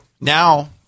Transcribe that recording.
now –